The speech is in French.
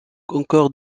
encore